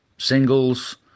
Singles